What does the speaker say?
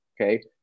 Okay